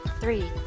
three